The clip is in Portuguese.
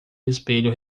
espelho